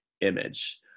image